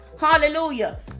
Hallelujah